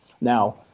now